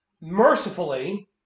Mercifully